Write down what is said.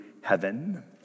heaven